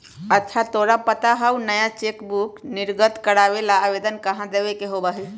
अच्छा तोरा पता हाउ नया चेकबुक निर्गत करावे ला आवेदन कहाँ देवे के होबा हई?